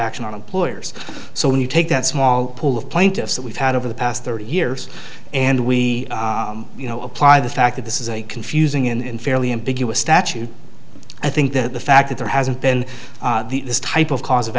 action on employers so when you take that small pool of plaintiffs that we've had over the past thirty years and we you know apply the fact that this is a confusing in fairly ambiguous statute i think that the fact that there hasn't been this type of cause of